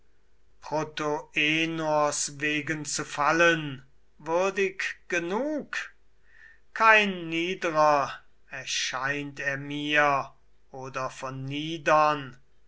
wegen zu fallen würdig genug kein niedrer erscheint er mir oder